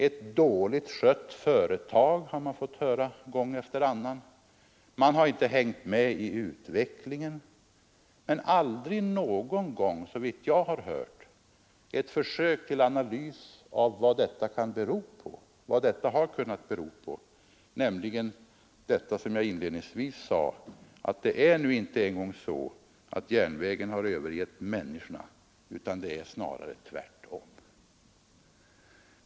Vi har gång efter annan fått höra att det är ett dåligt skött företag, som inte har hängt med i utvecklingen, men såvitt jag har kunnat uppfatta har man aldrig gjort något försök till analys av vad detta har kunnat bero på. Det är nämligen, som jag inledningsvis sade, inte så att järnvägen har övergivit människorna utan Snarare tvärtom.